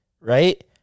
right